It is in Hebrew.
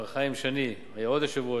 מר חיים שני, היה עוד יושב-ראש,